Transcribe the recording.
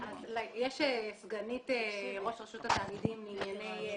יש סגנית ראש רשות התאגידים לענייני